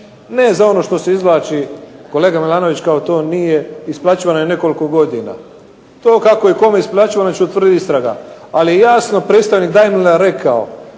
ne za ono što se izvlači kolega Milanović kao to nije isplaćivano nekoliko godina. To kako je kome isplaćivano će utvrditi istraga, ali jasno predstavnik Daimlera rekao,